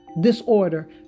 Disorder